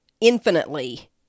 infinitely